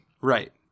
Right